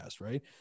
right